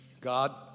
God